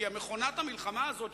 כי מכונת המלחמה הזאת,